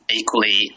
equally